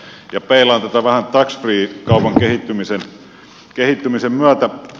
peilaan tätä vähän tax free kaupan kehittymisen myötä